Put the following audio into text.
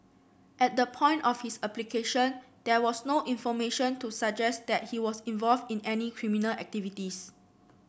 at the point of his application there was no information to suggest that he was involved in any criminal activities